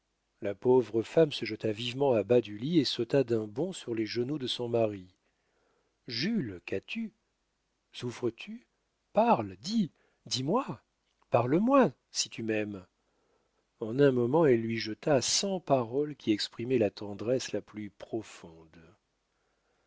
la pauvre femme se jeta vivement à bas du lit et sauta d'un bond sur les genoux de son mari jules qu'as-tu souffres-tu parle dis dis-moi parle-moi si tu m'aimes en un moment elle lui jeta cent paroles qui exprimaient la tendresse la plus profonde